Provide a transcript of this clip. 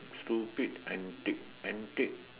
stupid antic antic